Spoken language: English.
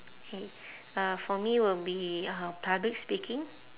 K uh for me will be uh public speaking